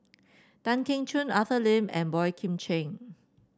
Tan Keong Choon Arthur Lim and Boey Kim Cheng